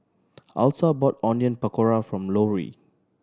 Alta brought Onion Pakora for Lorri